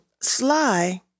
Sly